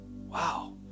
wow